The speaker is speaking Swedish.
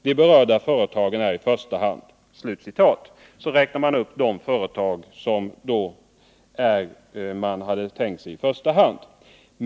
De berörda företagen är i första hand” — och så räknar man upp de företag som man tänkt sig i första hand.